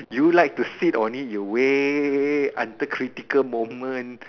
you like to sit on it the way under critical moment